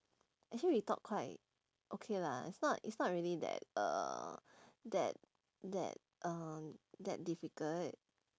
actually we talk quite okay lah it's not it's not really that uh that that um that difficult